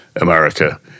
America